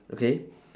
okay